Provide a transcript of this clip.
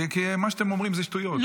כי מה שאתם אומרים זה שטויות.